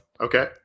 okay